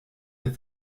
der